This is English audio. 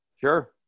Sure